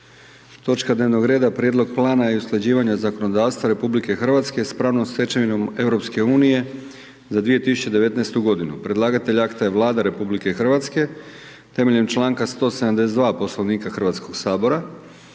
Točka dnevnog reda: - Prijedlog plana usklađivanja zakonodavstva Republike Hrvatske s pravnom stečevinom Europske unije za 2019. godinu Predlagatelj akta je Vlada RH temeljem članka 172. Poslovnika Hrvatskog sabora.